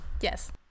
Yes